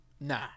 Nah